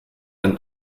ein